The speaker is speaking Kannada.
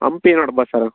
ಹಂಪಿ ನೋಡ್ಬೋದು ಸರ್